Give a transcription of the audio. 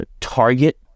target